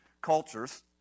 cultures